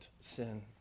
sin